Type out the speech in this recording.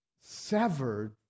severed